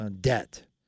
debt